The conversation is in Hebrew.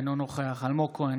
אינו נוכח אלמוג כהן,